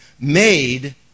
made